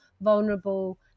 vulnerable